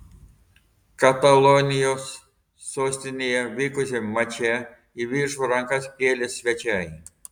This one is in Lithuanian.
katalonijos sostinėje vykusiame mače į viršų rankas kėlė svečiai